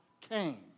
came